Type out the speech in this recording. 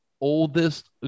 oldest